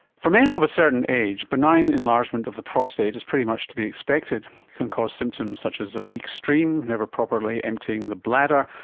for men of a certain age, benign enlargement of the prostate is pretty much to be expected. it can cause symptoms such as a weak stream, never properly emptying the bladder,